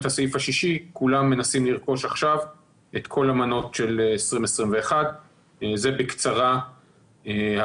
כולם מנסים לרכוש עכשיו את כל המנות של 2021. זה בקצרה הרקע,